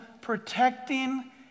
protecting